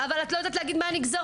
אבל את לא יודעת להגיד מה הנגזרות.